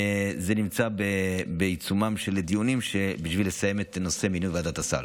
זה בעיצומם של דיונים בשביל לסיים את נושא מינוי ועדת הסל.